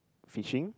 fishing